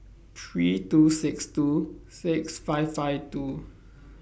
three two six two six five five two